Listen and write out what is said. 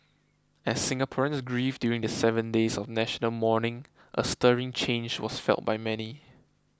as Singaporeans grieved during the seven days of national mourning a stirring change was felt by many